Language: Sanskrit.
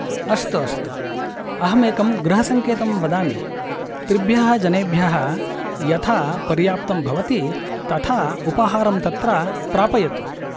अस्तु अस्तु अहम् एकं गृहसंकेतं वदामि त्रिभ्यः जनेभ्यः यथा पर्याप्तं भवति तथा उपहारं तत्र प्रापयतु